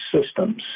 systems